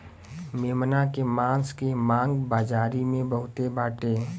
मेमना के मांस के मांग बाजारी में बहुते बाटे